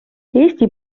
eesti